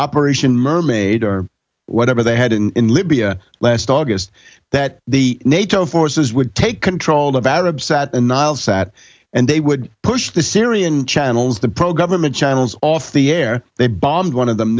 operation mermaid or whatever they had in libya last august that the nato forces would take control of arab sat and nile sat and they would push the syrian channels the pro government channels off the air they bombed one of them